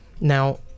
Now